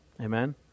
amen